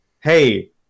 hey